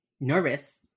nervous